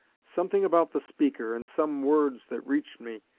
something about the speaker, and some words that reached me,